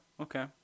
okay